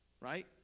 Right